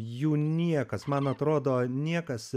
jų niekas man atrodo niekas